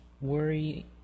worry